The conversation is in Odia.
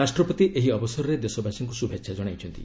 ରାଷ୍ଟ୍ରପତି ଏହି ଅବସରରେ ଦେଶବାସୀଙ୍କୁ ଶୁଭେଚ୍ଛା ଜଣାଇଛନ୍ତି